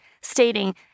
stating